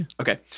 Okay